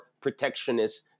protectionist